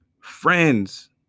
friends